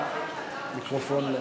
למיקרופון.